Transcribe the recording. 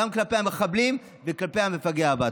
גם כלפי המחבלים וכלפי המפגע הבא.